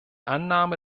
annahme